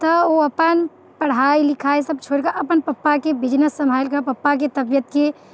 तऽ ओ अपन पढ़ाइ लिखाइ सभ छोड़ि कऽ अपन पप्पाके बिजनेस सम्हारि कऽ पप्पाके तबियतके